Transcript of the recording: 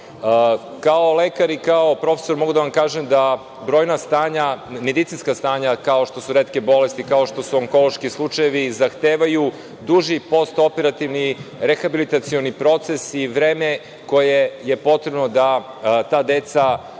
lekar i kao profesor mogu da vam kažem da brojna stanja, medicinska stanja kao što su retke bolesti, kao što su onkološki slučajevi zahtevaju duži postoperativni rehabilitacioni proces i vreme koje je potrebno da ta deca prođu